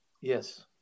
Yes